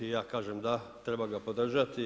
I ja kažem da, treba ta podržati.